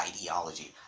ideology